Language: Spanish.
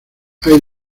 hay